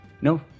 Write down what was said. No